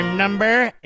Number